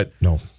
No